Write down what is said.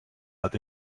but